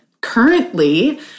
Currently